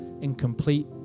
Incomplete